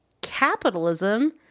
capitalism